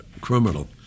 criminal